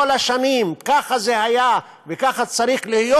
כל השנים ככה זה היה וככה צריך להיות,